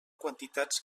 quantitats